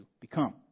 become